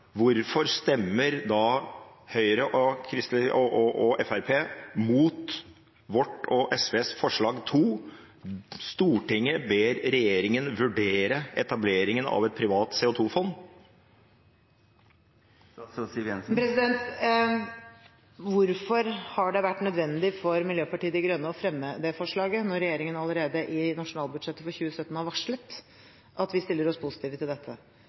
hvorfor stemmer da Høyre og Fremskrittspartiet vårt forslag nr. 1: «Stortinget ber regjeringen vurdere etableringen at et privat CO 2 -fond Hvorfor har det vært nødvendig for Miljøpartiet De Grønne å fremme det forslaget, når regjeringen allerede i nasjonalbudsjettet for 2017 har varslet at vi stiller oss positive til dette?